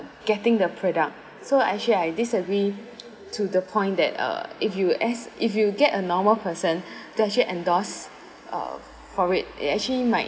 getting the product so actually I disagree to the point that uh if you as if you get a normal person to actually endorse uh for it it actually might